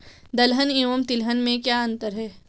दलहन एवं तिलहन में क्या अंतर है?